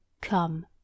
Come